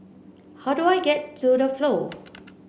how do I get to The Flow